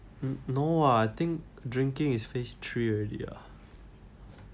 no [what] I think drinking is phase three already ah